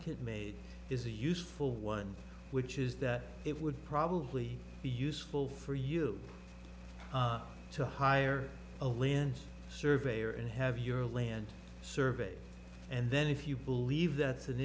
applicant made is a useful one which is that it would probably be useful for you to hire a lynch surveyor and have your land surveyed and then if you believe that's an